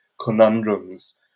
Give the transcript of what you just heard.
conundrums